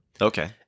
Okay